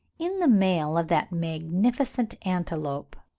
in the male of that magnificent antelope,